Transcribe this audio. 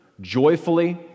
joyfully